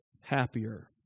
happier